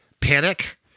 panic